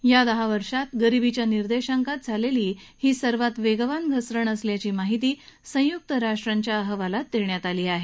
या दहा वर्षात गरिबीच्या निर्देशांकात झालेली ही सर्वात वेगवान घसरण असल्याची माहिती संयुक्त राष्ट्रांच्या अहवालात दिली आहे